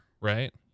right